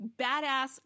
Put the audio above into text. badass